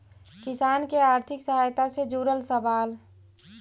किसान के आर्थिक सहायता से जुड़ल सवाल?